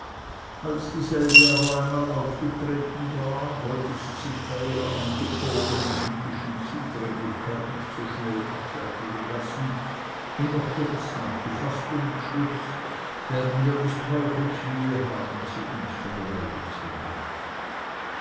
als dieselbe aber einmal aufgetreten war wollte sie sich bei ihrer angebornen jüdischen zudringlichkeit nicht so schnell abfertigen lassen und noch jetzt nach gefaßtem entschluß werden wir ds teufels mühe haben sie uns vom leibe zu halten